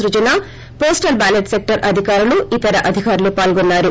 సృజన postal ballot సెక్లర్ అధికారులు తదితరులు పాల్గొన్నారు